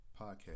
podcast